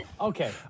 okay